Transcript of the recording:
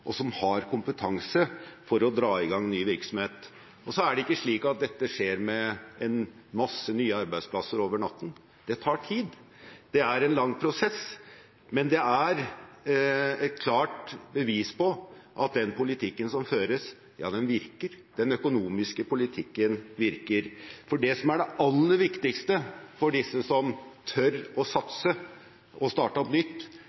og som har kompetanse for å dra i gang ny virksomhet. Så er det ikke slik at dette skjer med masse nye arbeidsplasser over natten. Det tar tid, det er en lang prosess, men det er et klart bevis på at den politikken som føres, virker. Den økonomiske politikken virker. Det som er det aller viktigste for dem som tør å satse og starte opp nytt,